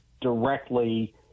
directly